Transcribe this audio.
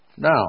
Now